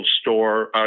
store